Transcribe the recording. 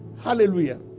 Hallelujah